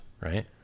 right